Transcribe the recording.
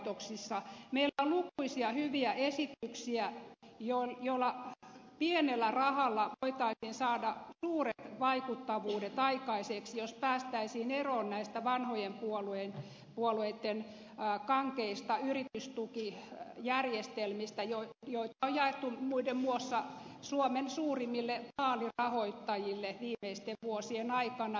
meillä on lukuisia hyviä esityksiä joilla pienellä rahalla voitaisiin saada suuret vaikuttavuudet aikaiseksi jos päästäisiin eroon näistä vanhojen puolueitten kankeista yritystukijärjestelmistä joiden mukaisia tukia on jaettu muiden muassa suomen suurimmille vaalirahoittajille viimeisten vuosien aikana